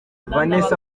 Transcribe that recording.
vanessa